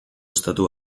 estatu